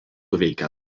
veikia